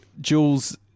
Jules